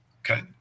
Okay